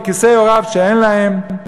ומכיסי הוריו שאין להם.